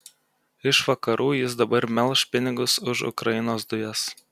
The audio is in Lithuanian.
iš vakarų jis dabar melš pinigus už ukrainos dujas